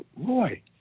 Roy